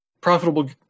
profitable